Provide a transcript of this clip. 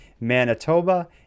Manitoba